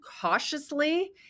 cautiously